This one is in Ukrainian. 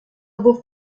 був